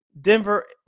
Denver